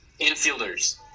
Infielders